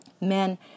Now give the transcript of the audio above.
men